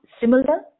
similar